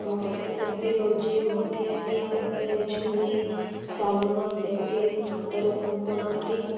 ଆମ ହସ୍ତଶିଳ୍ପୀ ହେଉଛି ମାଟି ହାଣ୍ଡି ତାପରେ ଝୁଡ଼ି ଚାଲଣ ସେଇଠି ହାତରେ ବୁଣନ୍ତି